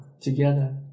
together